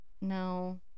No